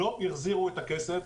לא החזירו את הכסף.